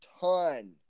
ton